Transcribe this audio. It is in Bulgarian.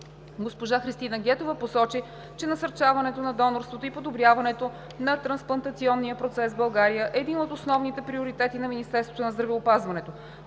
Госпожа Христина Гетова посочи, че насърчаването на донорството и подобряването на трансплантационния процес в България е един от основните приоритети на Министерството на здравеопазването,